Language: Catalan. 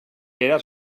era